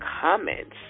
comments